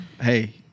Hey